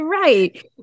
right